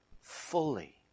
fully